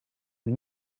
een